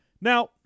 Now